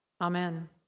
Amen